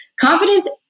Confidence